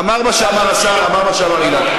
אמר מה שאמר השר, אמר מה שאמר אילן.